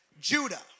Judah